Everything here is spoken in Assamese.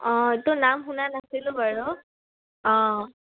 অঁ এইটো নাম শুনা নাছিলোঁ বাৰু অঁ